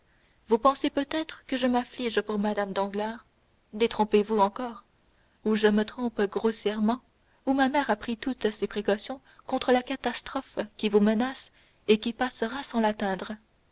vous pensez peut-être que je m'afflige pour mme danglars détrompez-vous encore ou je me trompe grossièrement ou ma mère a pris toutes ses précautions contre la catastrophe qui vous menace et qui passera sans l'atteindre